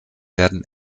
werden